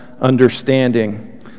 understanding